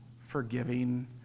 forgiving